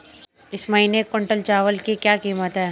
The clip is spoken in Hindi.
इस महीने एक क्विंटल चावल की क्या कीमत है?